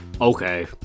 Okay